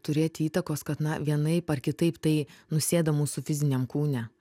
turėti įtakos kad na vienaip ar kitaip tai nusėda mūsų fiziniam kūne